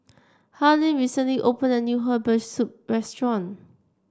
Harlene recently opened a new Herbal Soup restaurant